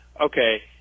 okay